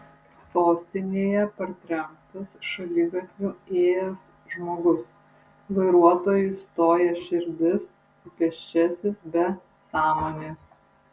sostinėje partrenktas šaligatviu ėjęs žmogus vairuotojui stoja širdis pėsčiasis be sąmonės